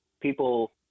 people